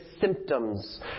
symptoms